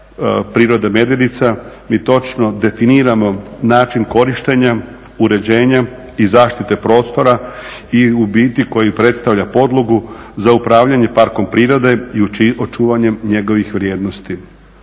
prirode Medvednica mi točno definiramo način korištenja uređenja i zaštite prostora i u biti koji predstavlja podlogu za upravljanje parkom prirode i očuvanjem njegovih vrijednosti.